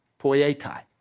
Poietai